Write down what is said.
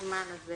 בזמן הזה